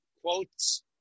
quotes